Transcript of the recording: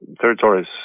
territories